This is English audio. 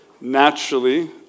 naturally